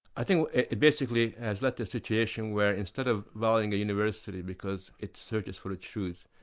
i think it basically has left a situation where instead of valuing the university because it searches for a truth,